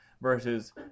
versus